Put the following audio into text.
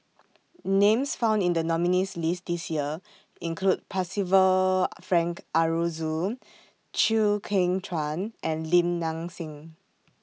Names found in The nominees' list This Year include Percival Frank Aroozoo Chew Kheng Chuan and Lim Nang Seng